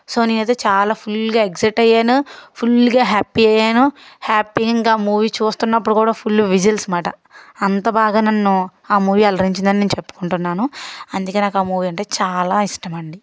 so నేనైతే చాలా ఫుల్గా ఎక్సైట్ అయ్యాను ఫుల్గా హ్యాపీ అయ్యాను హ్యాపీగా ఇంకా మూవీ చూస్తున్నప్పుడు కూడా ఫుల్ విజిల్స్ మాట అంత బాగా నన్ను ఆ మూవీ అల్లరించిందని నేను చెప్పుకుంటున్నాను అందుకే నాకు ఆ మూవీ అంటే చాలా ఇష్టం అండి